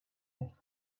nicht